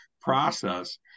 process